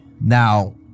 Now